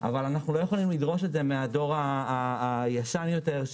אבל אנחנו לא יכולים לדרוש את זה מהדור הוותיק יותר.